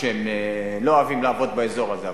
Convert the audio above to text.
שהם לא אוהבים לעבוד באזור הזה.